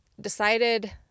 decided